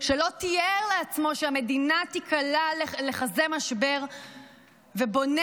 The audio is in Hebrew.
שלא תיאר לעצמו שהמדינה תיקלע לכזה משבר ובונה